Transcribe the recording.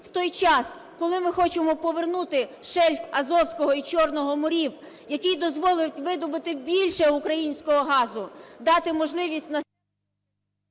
в той час, коли ми хочемо повернути шельф Азовського і Чорного морів, який дозволить видобути більше українського газу, дати можливість… ГОЛОВУЮЧИЙ.